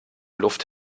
luft